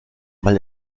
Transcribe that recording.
mal